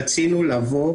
רצינו לבוא